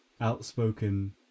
outspoken